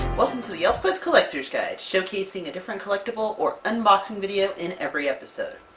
welcome to the elfquest collector's guide showcasing a different collectible or unboxing video in every episode!